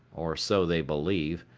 or so they believe,